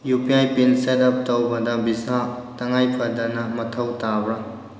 ꯎ P I PIN set up ꯇꯧꯕꯗ ꯚꯤꯁꯥ ꯇꯉꯥꯏꯐꯗꯅ ꯃꯊꯧ ꯇꯥꯕ꯭ꯔꯥ